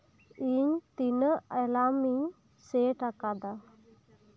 ᱤᱧ ᱛᱤᱱᱟᱹᱜ ᱮᱞᱨᱢ ᱤᱧ ᱥᱮᱴ ᱮᱠᱟᱫᱟ